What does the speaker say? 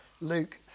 Luke